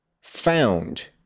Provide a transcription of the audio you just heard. found